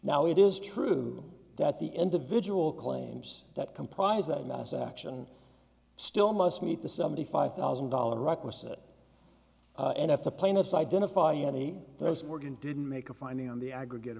now it is true that the individual claims that comprise that mass action still must meet the seventy five thousand dollars requisite and if the plaintiffs identify any organ didn't make a finding on the aggregate